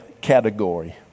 category